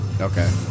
Okay